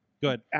good